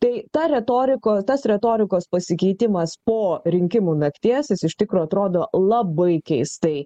tai ta retoriko tas retorikos pasikeitimas po rinkimų nakties jis iš tikro atrodo labai keistai